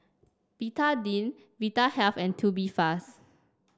Betadine Vitahealth and Tubifast